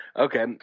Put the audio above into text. Okay